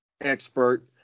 expert